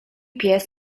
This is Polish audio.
pies